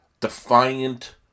defiant